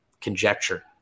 conjecture